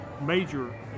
major